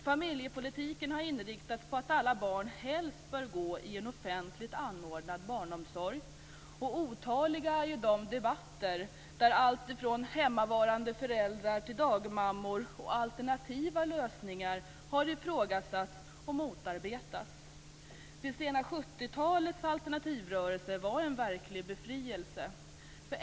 Familjepolitiken har inriktats på att alla barn helst bör gå i en offentligt anordnad barnomsorg. Otaliga är de debatter där allt ifrån hemmavarande föräldrar till dagmammor och alternativa lösningar har ifrågasatts och motarbetats. Det sena 70-talets alternativrörelser var en verklig befrielse.